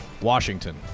Washington